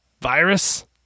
virus